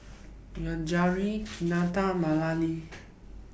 Yajaira Kinte and Malia